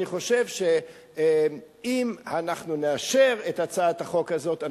אני חושב שאם אנחנו נאשר את הצעת החוק הזאת,